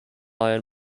iron